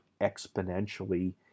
exponentially